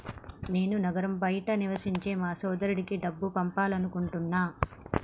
నేను నగరం బయట నివసించే నా సోదరుడికి డబ్బు పంపాలనుకుంటున్నా